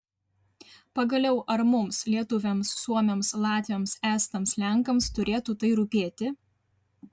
pagaliau ar mums lietuviams suomiams latviams estams lenkams turėtų tai rūpėti